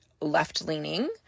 left-leaning